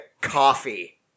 Coffee